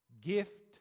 Gift